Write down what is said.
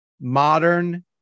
modern